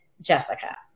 Jessica